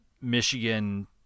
Michigan